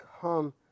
come